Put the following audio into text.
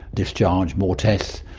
discharge, more tests,